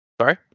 Sorry